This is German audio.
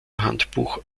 handbuch